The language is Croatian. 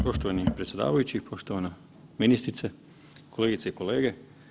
Poštovani predsjedavajući, poštovana ministrice, kolegice i kolege.